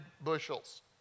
bushels